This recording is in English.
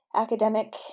academic